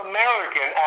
American